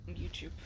YouTube